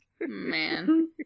Man